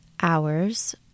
hours